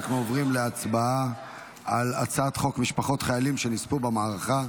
אנחנו עוברים להצבעה על הצעת חוק משפחות חיילים שנספו במערכה